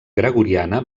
gregoriana